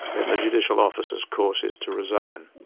then the judicial officer's course is to resign.